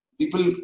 People